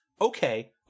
Okay